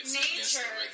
nature